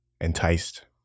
enticed